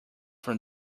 from